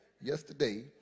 yesterday